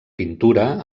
pintura